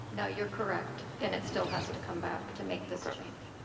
no, you're correct, and it still has to come back to make this change.